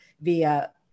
via